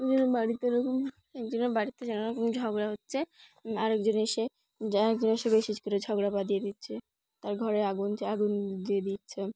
একজনের বাড়িতে ওরকম একজনের বাড়িতে যেন রকম ঝগড়া হচ্ছে আরেকজন এসে আরও এসে বিশেষ করে ঝগড়া বাঁধিয়ে দিচ্ছে তার ঘরে আগুন আগুন দিয়ে দিচ্ছে